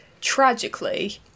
tragically